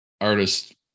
artist